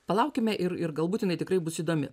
palaukime ir ir galbūt jinai tikrai bus įdomi